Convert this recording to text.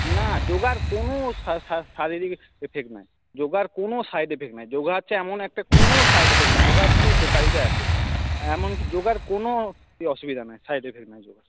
না যোগার কোনো সাইড এফেক্ট নেই যোগার কোনও সাইড এফেক্ট নেই যোগা হচ্ছে এমন একটা কোনো সাইড এফেক্ট নেই যোগার শুধু উপকারিতা আছে এমন কি যোগার কোনো অসুবিধা নেই সাইড এফেক্ট নাই যোগার